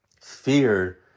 fear